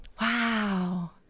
Wow